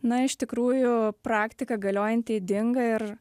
na iš tikrųjų praktika galiojanti ydinga ir